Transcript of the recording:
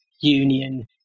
Union